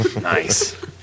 Nice